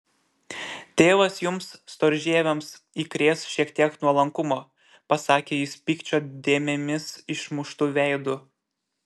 tėvas jums storžieviams įkrės šiek tiek nuolankumo pasakė jis pykčio dėmėmis išmuštu veidu